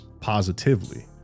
positively